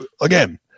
again